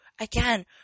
Again